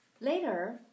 Later